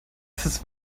das